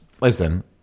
listen